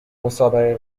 مسابقه